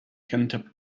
can